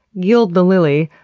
gild the lily,